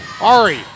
Ari